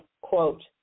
Quote